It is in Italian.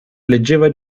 leggeva